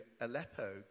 Aleppo